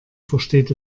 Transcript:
versteht